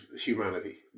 humanity